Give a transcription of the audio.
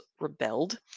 rebelled